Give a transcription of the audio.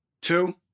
two